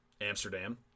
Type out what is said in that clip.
Amsterdam